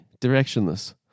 directionless